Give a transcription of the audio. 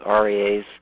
REAs